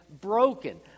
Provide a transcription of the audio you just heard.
broken